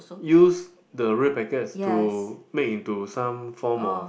use the red packets to make into some form of